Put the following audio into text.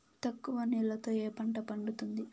తక్కువ నీళ్లతో ఏ పంట పండుతుంది?